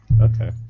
Okay